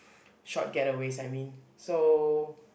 short getaways I mean so